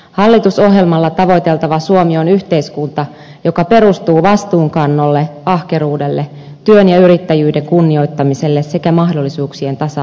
hallitusohjelmalla tavoiteltava suomi on yhteiskunta joka perustuu vastuunkannolle ahkeruudelle työn ja yrittäjyyden kunnioittamiselle sekä mahdollisuuksien tasa arvolle